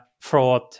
fraud